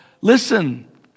listen